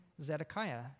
Zedekiah